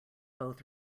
both